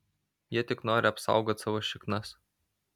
jie tik nori apsaugot savo šiknas